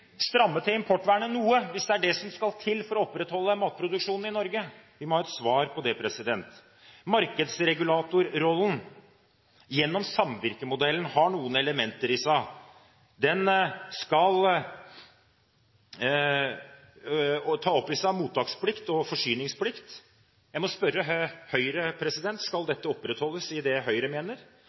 stramme til importvernet noe, hvis det er det som skal til for å opprettholde matproduksjonen i Norge? Vi må ha et svar på det. Markedsregulatorrollen gjennom samvirkemodellen har noen elementer i seg. Den skal ta opp i seg mottaksplikt og forsyningsplikt. Jeg må spørre Høyre: Skal dette opprettholdes?